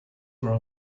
were